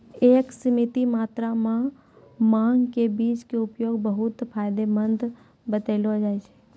एक सीमित मात्रा मॅ भांग के बीज के उपयोग बहु्त फायदेमंद बतैलो जाय छै